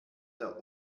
der